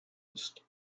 ist